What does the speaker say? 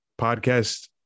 podcast